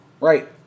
Right